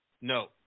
No